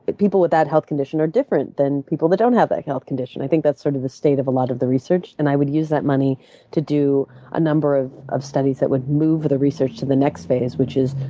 people with that health condition are different than people that don't have that health condition. i think that's sort of the state of a lot of the research. and i would use that money to do a number of of studies that would move the research to the next phase, which is,